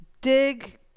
Dig